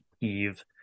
Eve